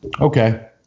Okay